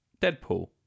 Deadpool